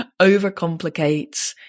overcomplicates